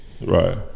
right